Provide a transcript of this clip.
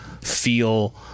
feel